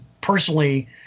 personally